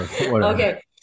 Okay